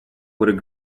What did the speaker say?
would